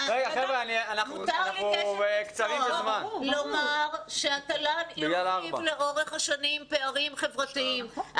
מותר לי כאשת מקצוע לומר שהתל"ן הרחיב לאורך השנים פערים חברתיים.